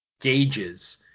gauges